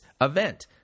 event